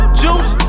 juice